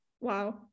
wow